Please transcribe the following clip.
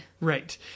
Right